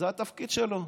זה התפקיד שלו,